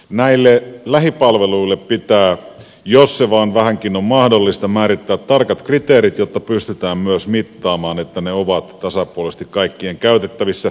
näille lähipalveluille pitää jos se vain vähänkin on mahdollista määrittää tarkat kriteerit jotta pystytään myös mittaamaan että ne ovat tasapuolisesti kaikkien käytettävissä